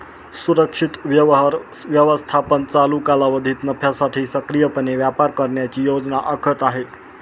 सुरक्षित व्यवहार व्यवस्थापन चालू कालावधीत नफ्यासाठी सक्रियपणे व्यापार करण्याची योजना आखत आहे